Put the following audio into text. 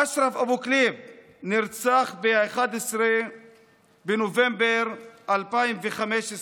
אשרף אבו כליב נרצח ב-11 בנובמבר 2015,